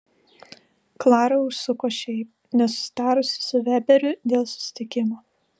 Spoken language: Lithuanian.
klara užsuko šiaip nesusitarusi su veberiu dėl susitikimo